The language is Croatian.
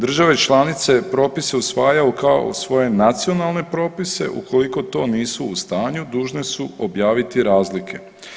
Države članice propise usvajaju kao svoje nacionalne propise, ukoliko to nisu u stanju dužne su objaviti razlike.